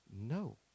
no